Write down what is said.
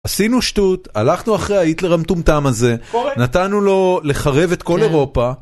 עשינו שטוט, הלכנו אחרי ההיטלר המטומטם הזה, נתנו לו לחרב את כל אירופה